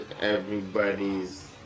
everybody's